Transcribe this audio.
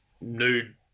nude